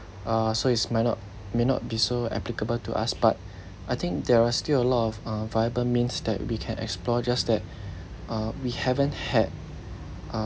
uh so it's might not may not be so applicable to us but I think there are still a lot of uh viable means that we can explore just that uh we haven't had uh